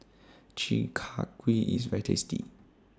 Chi Kak Kuih IS very tasty